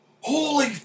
holy